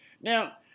Now